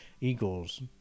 Eagles